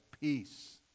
peace